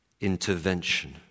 intervention